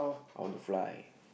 I want to fly